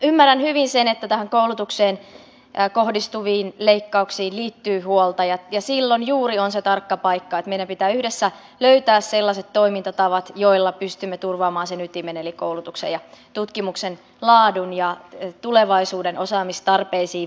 ymmärrän hyvin sen että koulutukseen kohdistuviin leikkauksiin liittyy huolta ja silloin juuri on se tarkka paikka että meidän pitää yhdessä löytää sellaiset toimintatavat joilla pystymme turvaamaan sen ytimen eli koulutuksen ja tutkimuksen laadun ja tulevaisuuden osaamistarpeisiin vastaamisen